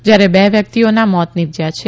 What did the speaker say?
જયારે બે વ્યકિતઓના મોત નિપજયા છે